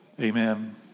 Amen